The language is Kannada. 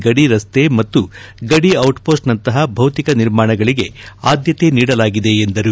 ಗಡಿ ರಸ್ತೆ ಮತ್ತು ಗಡಿ ಡಿಟ್ಮೋಸ್ಟ್ ನಂತಹ ಭೌತಿಕ ನಿರ್ಮಾಣಗಳಿಗೆ ಆದ್ವತೆ ನೀಡಲಾಗಿದೆ ಎಂದರು